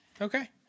Okay